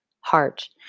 heart